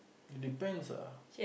it depends lah